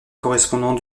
correspondant